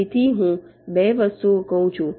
તેથી હું 2 વસ્તુઓ કહું છું